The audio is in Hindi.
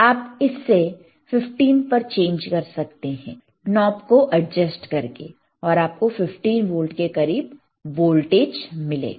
आप इसे 15 पर चेंज कर सकते हैं नॉब को एडजस्ट करके और आपको 15 वोल्ट के करीब वोल्टेज मिलेगा